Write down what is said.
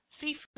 seafood